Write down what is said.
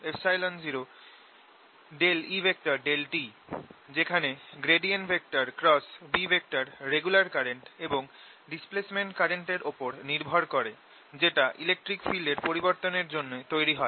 B µojµ00E∂t যেখানে B regular current এবং displacement current এর ওপর নির্ভর করে যেটা ইলেকট্রিক ফিল্ড এর পরিবর্তন এর জন্য তৈরি হয়